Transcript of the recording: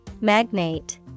Magnate